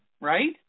right